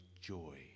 joy